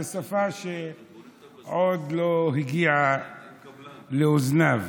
זו שפה שעוד לא הגיעה לאוזניו.